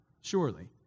surely